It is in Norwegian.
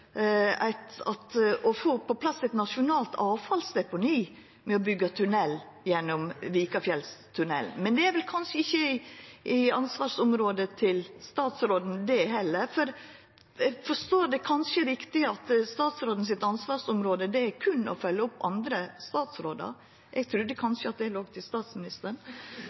å få på plass eit nasjonalt avfallsdeponi med å byggja tunnel gjennom Vikafjellet. Men det er vel ikkje ansvarsområdet til statsråden, det heller, for forstår eg det riktig, er statsrådens ansvarsområde berre å følgja opp andre statsrådar. Eg trudde kanskje at det låg til statsministeren.